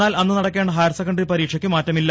എന്നാൽ അന്ന് നടക്കേണ്ട ഹയർ സെക്കന്ററി പരീക്ഷയ്ക്ക് മാറ്റമില്ല